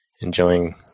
enjoying